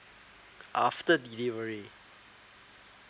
after delivery